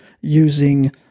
using